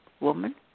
woman